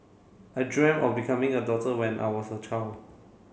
I dreamt of becoming a doctor when I was a child